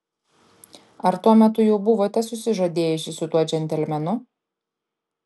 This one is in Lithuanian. ar tuo metu jau buvote susižadėjusi su tuo džentelmenu